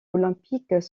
olympiques